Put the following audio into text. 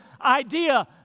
idea